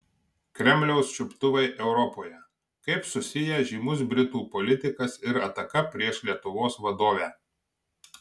kremliaus čiuptuvai europoje kaip susiję žymus britų politikas ir ataka prieš lietuvos vadovę